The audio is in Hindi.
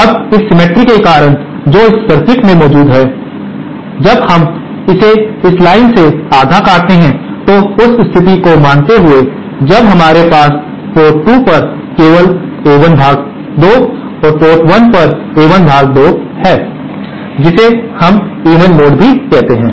अब इस सिमिट्री के कारण जो इस सर्किट में मौजूद है जब हम इसे इस लाइन से आधा काटते हैं तो उस स्थिति को मानते हुए जब हमारे पास पोर्ट 2 पर केवल A1 भाग 2 और पोर्ट 1 पर A1 भाग 2 है जिसे हम इवन मोड भी कहते हैं